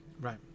right